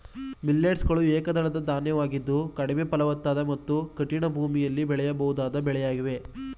millets ಗಳು ಏಕದಳ ಧಾನ್ಯವಾಗಿದ್ದು ಕಡಿಮೆ ಫಲವತ್ತಾದ ಮತ್ತು ಕಠಿಣ ಭೂಮಿಗಳಲ್ಲಿ ಬೆಳೆಯಬಹುದಾದ ಬೆಳೆಯಾಗಿವೆ